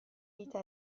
vita